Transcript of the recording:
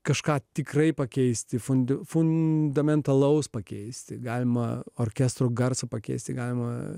kažką tikrai pakeisti fundyti fundamentalaus pakeisti galima orkestro garsą pakeisti galima